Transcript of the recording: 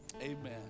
amen